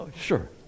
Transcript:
Sure